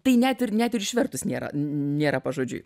tai net ir net išvertus nėra nėra pažodžiui